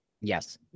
Yes